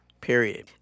period